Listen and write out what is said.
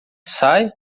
sai